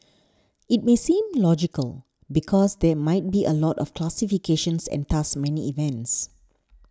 it may seem logical because there might be a lot of classifications and thus many events